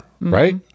right